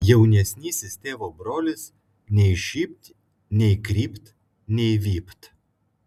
jaunesnysis tėvo brolis nei šypt nei krypt nei vypt